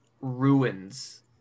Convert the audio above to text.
ruins